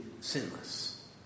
sinless